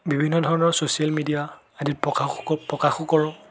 বিভিন্ন ধৰণৰ social media আদিত প্ৰকাশ প্ৰকাশো কৰোঁ